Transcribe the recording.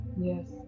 yes